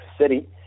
City